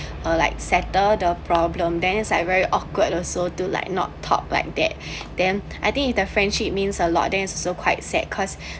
or like settle the problem then is like very awkward also do like not talk like that then I think the friendship means a lot then it’s so quite sad cause